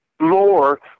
more